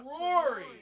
Rory